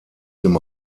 dem